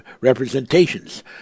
representations